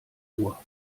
uhr